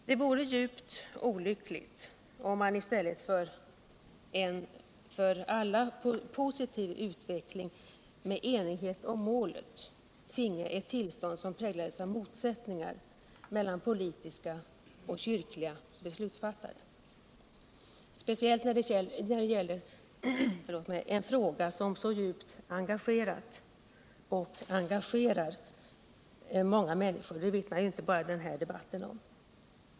Det vore djupt olyckligt om man i stället för en för alla positiv utveckling med enighet om målet finge ett tillstånd som präglas av motsättningar mellan politiska och kyrkliga beslutsfattare, speciellt när det gäller en fråga som så djupt engagerat, och engagerar, många människor — det vittnar inte bara den här debatten om.